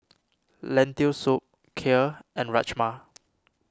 Lentil Soup Kheer and Rajma